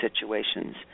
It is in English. situations